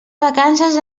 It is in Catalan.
vacances